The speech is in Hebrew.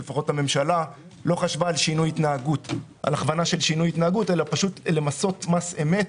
שלפחות הממשלה לא חשבה על הכוונת שינוי התנהגות אלא למסות מס אמת